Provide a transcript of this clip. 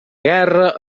guerra